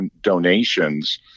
donations